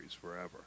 forever